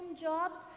jobs